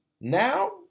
Now